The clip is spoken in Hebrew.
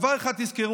דבר אחד תזכרו: